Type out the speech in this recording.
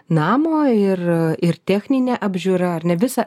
namo ir ir techninė apžiūra ar ne visa